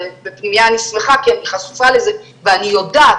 ובפנימייה אני חשופה לזה ואני יודעת